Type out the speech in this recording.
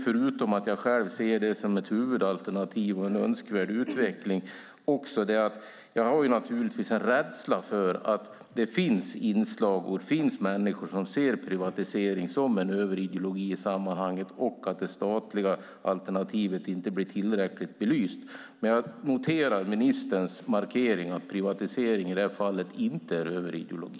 Förutom att jag själv ser det som ett huvudalternativ och en önskvärd utveckling är jag rädd för att det finns människor som ser privatisering som en överideologi, så att det statliga alternativet inte blir tillräckligt belyst. Men jag noterar ministerns markering att privatisering i det här fallet inte är överideologi.